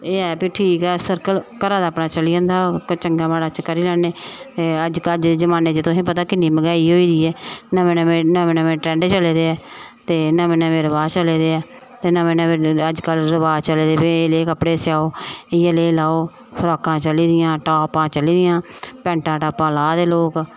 एह् ऐ भाई ठीक ऐ सर्कल घरे दा अपना चली जंदा चंगा माड़ा करी लैन्ने अज्जै कल्लै दे जमान्ने च तुसेंगी पता ऐ किन्नी मैंह्गाई होई दी ऐ नमें नमें नमें नमें ट्रैंड चले दे ऐ ते नमें नमें रवाज चले दे ऐ ते नमें नमें अज्ज कल रवाज चले दे एह् लेह् कपड़े सेआओ इयै लेह् लाओ फ्राकां चली दियां टापां चली दियां पैंटां टापां ला दे लोक